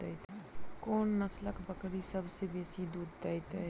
कोन नसलक बकरी सबसँ बेसी दूध देइत अछि?